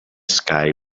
sky